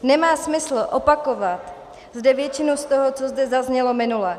Nemá smysl opakovat zde většinu z toho, co zde zaznělo minule.